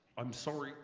i'm sorry.